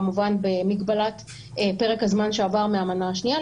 כמובן במגבלת פרק הזמן שעבר מהמנה השנייה,